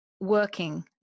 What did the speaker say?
working